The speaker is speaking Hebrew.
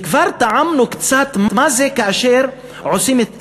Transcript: וכבר טעמנו קצת מה זה כאשר עושים את הסוויץ'